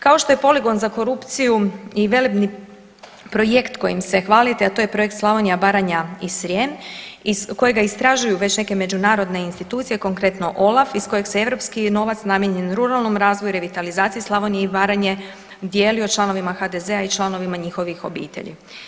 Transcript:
Kao što je poligon za korupciju i velebni projekt kojim se hvalite, a to je projekt Slavonija, Baranja i Srijem i kojega istražuju već neke međunarodne institucije, konkretno OLAF iz kojeg se europski novac namijenjen ruralnom razvoju i revitalizaciji Slavonije i Baranje dijelio članovima HDZ-a i članovima njihovih obitelji.